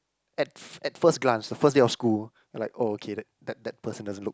at f~ at first glance the first day of school like oh K that that person doesn't look